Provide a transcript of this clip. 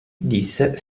disse